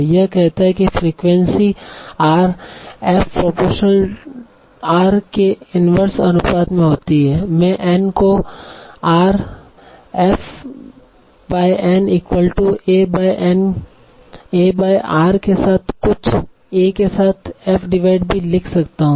यह कहता है कि फ्रीक्वेंसी r f∝r के इनवर्स अनुपात में होती है मैं N को r f N A r के साथ कुछ A के साथ f डिवाइड भी लिख सकता हूं